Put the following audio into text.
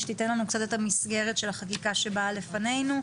שתיתן לנו קצת את המסגרת של החקיקה שבאה לפנינו.